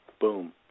Boom